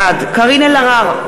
בעד קארין אלהרר,